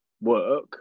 work